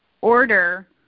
order